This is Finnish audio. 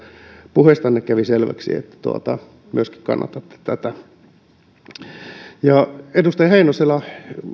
puheistanne kävi selväksi myöskin te kannatatte tätä edustaja heinoselle